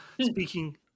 Speaking